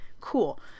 cool